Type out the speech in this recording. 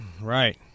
Right